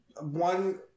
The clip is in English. one